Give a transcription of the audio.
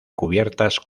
cubiertas